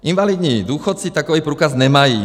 Invalidní důchodci takový průkaz nemají.